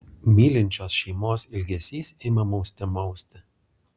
mylinčios šeimos ilgesys ima mauste mausti